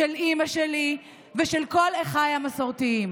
של אימא שלי ושל כל אחיי המסורתיים.